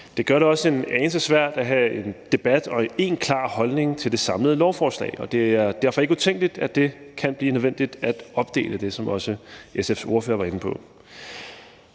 Det gør det også en anelse svært at have en debat og én klar holdning til det samlede lovforslag, og det er derfor ikke utænkeligt, at det kan blive nødvendigt at opdele det, som også SF's ordfører var inde på.